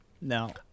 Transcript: No